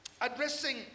addressing